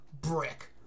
brick